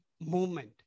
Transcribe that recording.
movement